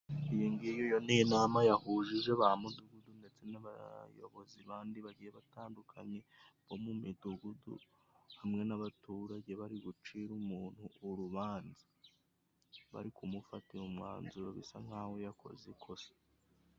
Iyi ngiyi ni inama yahujije ba mudugudu ndetse n'abayobozi bandi bagiye batandukanye, bo mu midugudu, hamwe n'abaturage bari bucire umuntu urubanza, bari kumufatira umwanzuro bisa nkaho yakoze ikosa.